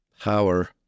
power